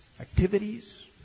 Activities